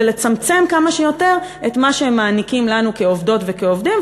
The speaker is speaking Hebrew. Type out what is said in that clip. ולצמצם כמה שיותר את מה שהם מעניקים לנו כעובדות וכעובדים,